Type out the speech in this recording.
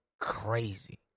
crazy